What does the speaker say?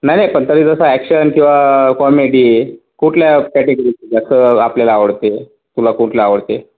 नाही नाही पण तरी जसं ॲक्शन किंवा कॉमेडी कुठल्या कॅटेगरीतले जसं आपल्याला आवडते तुला कुठलं आवडते